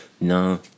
No